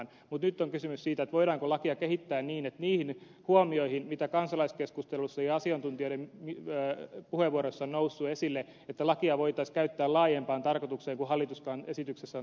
mutta nyt on kysymys siitä voidaanko lakia kehittää niiden huomioiden mukaisesti mitä kansalaiskeskustelussa ja asiantuntijoiden puheenvuoroissa on noussut esille että lakia voitaisiin käyttää laajempaan tarkoitukseen kuin hallitus esityksessään on tarkoittanut